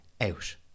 out